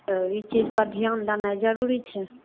तो यह चीज़ तो ध्यान देना ज़रूरी है